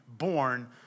born